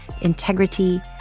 integrity